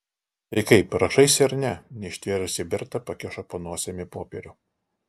tai kaip rašaisi ar ne neištvėrusi berta pakiša po nosimi popierių